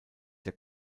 der